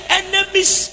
enemies